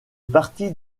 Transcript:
partie